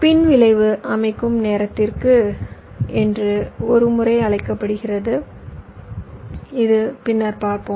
பின்விளைவு அமைக்கும் நேரத்திற்கு என்று ஒரு முறை அழைக்கப்படுகிறது இது பின்னர் பார்ப்போம்